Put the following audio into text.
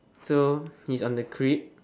so he's on the crib